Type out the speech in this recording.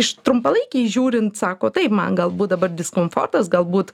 iš trumpalaikiai žiūrint sako taip man galbūt dabar diskomfortas galbūt